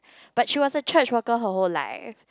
but she was a church worker her whole life